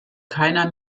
keiner